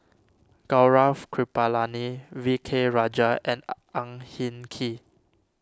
Gaurav Kripalani V K Rajah and Ang Hin Kee